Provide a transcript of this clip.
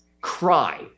cry